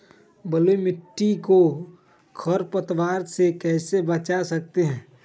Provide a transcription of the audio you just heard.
बलुई मिट्टी को खर पतवार से कैसे बच्चा सकते हैँ?